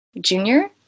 junior